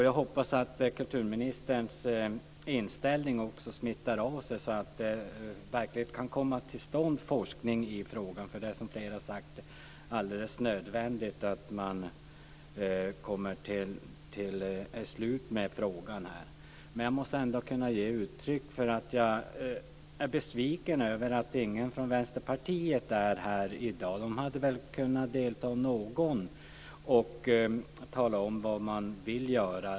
Jag hoppas att kulturministerns inställning också smittar av sig så att det verkligen kan komma till stånd forskning i frågan, eftersom det, vilket flera har sagt, är alldeles nödvändigt att frågan kommer till ett slut. Jag måste ändå ge uttryck för att jag är besviken över att ingen från Vänsterpartiet är här i dag. Jag tycker att någon från Vänsterpartiet hade kunnat delta för att tala om vad man vill göra.